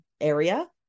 area